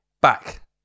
back